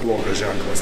blogas ženklas